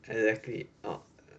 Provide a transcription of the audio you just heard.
exactly